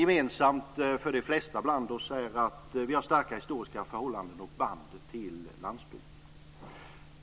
Gemensamt för de flesta av oss är de starka historiska förhållandena och banden till landsbygden.